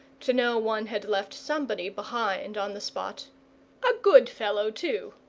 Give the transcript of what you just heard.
to know one had left somebody behind on the spot a good fellow, too,